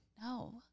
No